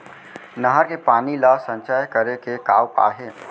नहर के पानी ला संचय करे के का उपाय हे?